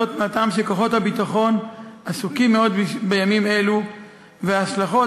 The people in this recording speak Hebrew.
מהטעם שכוחות הביטחון עסוקים מאוד בימים אלה ובגלל ההשלכות